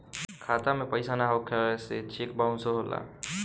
खाता में पइसा ना होखे से चेक बाउंसो होला